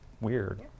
weird